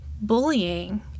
bullying